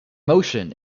motion